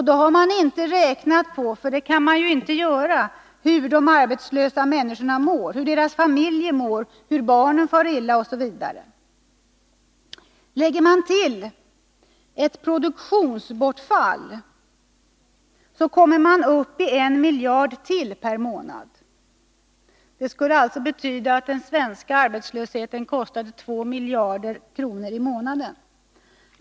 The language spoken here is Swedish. Då har man inte räknat med — för det kan man inte göra — hur de arbetslösa människorna mår, hur deras familjer mår, att barnen far illa, osv. Lägger man till produktionsbortfallet kommer man upp i ytterligare en miljard per månad. Det betyder att den svenska arbetslösheten kostar två miljarder kronor i månaden.